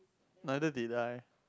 neither did I